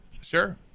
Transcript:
Sure